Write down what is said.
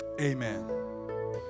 amen